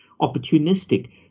opportunistic